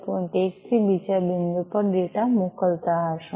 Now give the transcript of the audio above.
1 થી બીજા બિંદુ પર ડેટા મોકલતા હશો